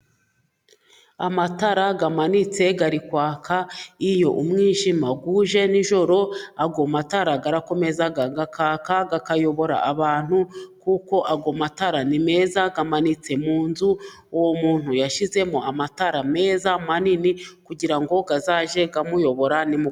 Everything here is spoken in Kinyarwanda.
Amatara amanitse ari kwaka, iyo umwijima uje n'ijoro, ayo matara akomeza kwaka akayobora abantu, kuko ayo matara ni meza amanitse mu nzu, uwo muntu yashyizemo amatara meza manini, kugira ngo azajye amuyobora ni mugoroba.